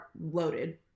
loaded